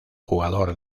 jugador